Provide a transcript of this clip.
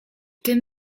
tym